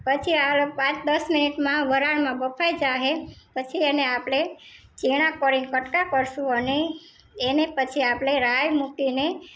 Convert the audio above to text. પછી આ પાંચ દસ મિનિટમાં વરાળમાં બફાઈ જશે પછી એને આપણે ઝીણા કરીને કટકા કરીશું અને એને પછી આપણે રાઈ મૂકીને